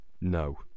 No